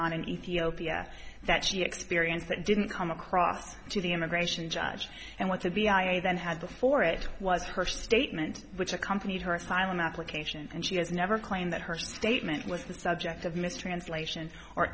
on in ethiopia that she experienced that didn't come across to the immigration judge and what to be i e then has before it was her statement which accompanied her asylum application and she has never claimed that her statement was the subject of mistranslation or